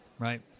Right